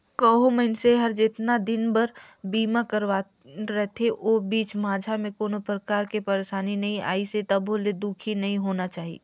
कहो मइनसे हर जेतना दिन बर बीमा करवाये रथे ओ बीच माझा मे कोनो परकार के परसानी नइ आइसे तभो ले दुखी नइ होना चाही